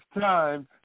time